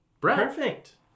Perfect